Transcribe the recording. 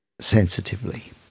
sensitively